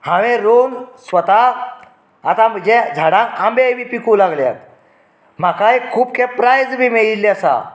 हांवेन रोंवन स्वता आतां म्हज्या झाडांक आंबे बी पिकूं लागल्यात म्हाकाय खूब खेप प्रायज बी मेळिल्ली आसा